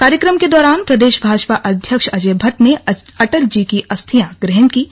कार्यक्रम के दौरान प्रदेश भापजा अध्यक्ष अजय भट्ट ने अटल जी की अस्थ्यां ग्रहण कीं